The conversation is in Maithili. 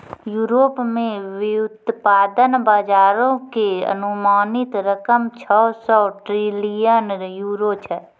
यूरोप मे व्युत्पादन बजारो के अनुमानित रकम छौ सौ ट्रिलियन यूरो छै